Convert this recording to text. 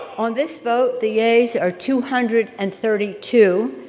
on this vote, the yeas are two hundred and thirty two,